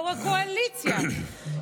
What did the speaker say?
יו"ר הקואליציה,